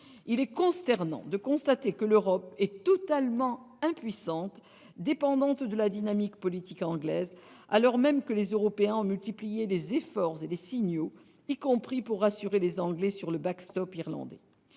Il est consternant de constater que l'Europe est totalement impuissante et dépendante de la dynamique politique anglaise, alors même que les Européens ont multiplié les efforts et les signaux, y compris pour rassurer les Anglais sur le irlandais.